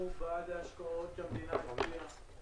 אנחנו בעד ההשקעות שהמדינה השקיעה,